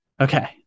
Okay